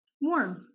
Warm